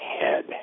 head